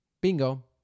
Bingo